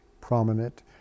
prominent